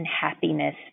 happiness